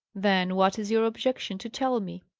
then what is your objection to tell me?